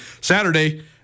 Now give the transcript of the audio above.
Saturday